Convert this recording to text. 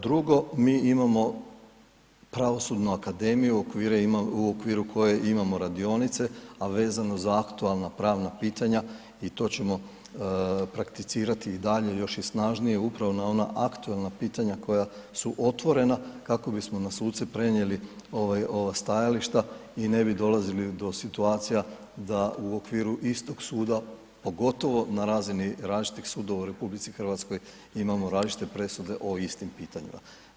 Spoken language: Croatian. Drugo mi imamo pravosudnu akademiju u okviru kojeg imamo radionice a vezano za aktualna pravna pitanja i to ćemo prakticirati i dalje još i snažnije, upravo na ona aktualna pitanja koja su otvorena, kako bismo na suce prenijeli ova stajališta i ne bi dolazili do situacija, da u okviru istog suda, pogotovo na razini različitih sudova u RH imamo različite presude o istim pitanjima.